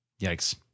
Yikes